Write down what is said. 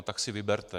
Tak si vyberte.